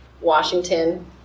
Washington